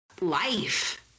life